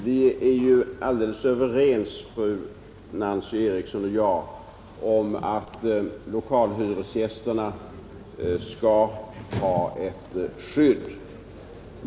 Herr talman! Vi är helt överens, fru Nancy Eriksson och jag, om att lokalhyresgästerna skall ha ett skydd.